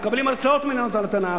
מקבלים הרצאות על התנ"ך.